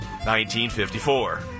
1954